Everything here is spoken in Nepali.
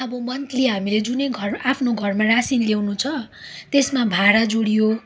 अब मन्थली हामीले जुनै घर आफ्नो घरमा रासन ल्याउनु छ यसमा भाडा जोडियो